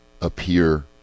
appear